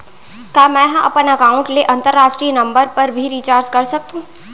का मै ह अपन एकाउंट ले अंतरराष्ट्रीय नंबर पर भी रिचार्ज कर सकथो